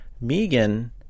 Megan